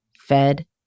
fed